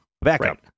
backup